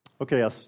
Okay